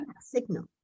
signal